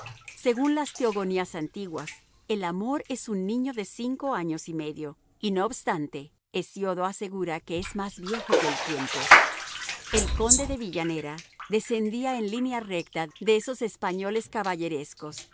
según las teogonías antiguas el amor es un niño de cinco años y medio y no obstante hesiodo asegura que es más viejo que el tiempo el conde de villanera descendía en línea recta de esos españoles caballerescos